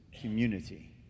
Community